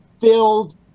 filled